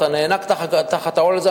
אתה נאנק תחת העול הזה,